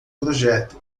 projeto